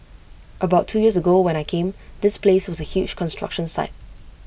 about two years ago when I came this place was A huge construction site